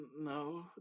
no